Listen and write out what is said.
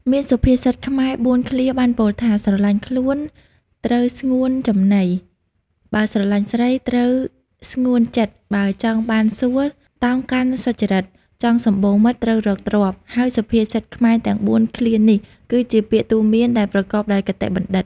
មានសុភាសិតខ្មែរ៤ឃ្លាបានពោលថា ស្រឡាញ់ខ្លួន ត្រូវស្ងួនចំណី បើស្រឡាញ់ស្រី ត្រូវស្ងួនចិត្ត បើចង់បានសួគ៌ តោងកាន់សុចរិត ចង់សំបូរមិត្ត ត្រូវរកទ្រព្យ ហើយសុភាសិតខ្មែរទាំង៤ឃ្លានេះ គឺជាពាក្យទូន្មានដែលប្រកបដោយគតិបណ្ឌិត។